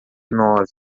nove